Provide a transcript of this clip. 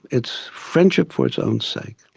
it's friendship for its own sake,